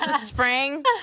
Spring